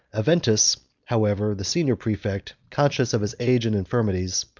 adventus, however, the senior praefect, conscious of his age and infirmities,